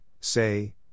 say